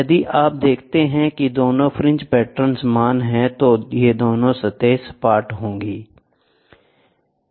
यदि आप देखते हैं कि दोनों फ्रिंज पैटर्न समान हैं तो ये दोनों सतह सपाट हैं